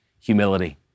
humility